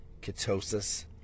ketosis